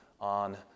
on